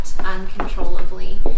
uncontrollably